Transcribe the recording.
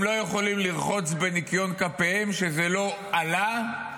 הם לא יכולים לרחוץ בניקיון כפיהם שזה לא עלה,